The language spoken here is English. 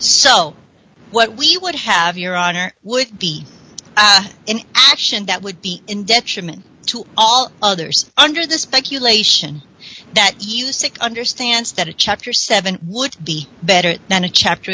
so what we would have your honor would be an action that would be in detriment to all others under the speculation that you sick understands that a chapter seven would be better than a chapter